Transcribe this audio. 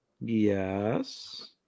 Yes